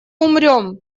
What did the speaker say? умрём